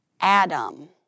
Adam